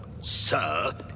sir